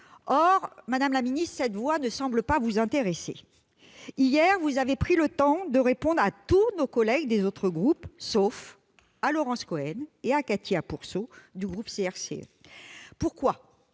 Or, madame la ministre, cette voix ne semble pas vous intéresser. Hier, vous avez pris le temps de répondre à tous nos collègues des autres groupes, sauf à Laurence Cohen et à Cathy Apourceau-Poly,